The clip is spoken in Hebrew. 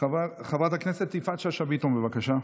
חברת הכנסת יפעת שאשא ביטון, בבקשה.